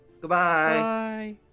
Goodbye